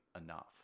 enough